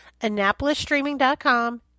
AnnapolisStreaming.com